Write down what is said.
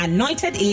Anointed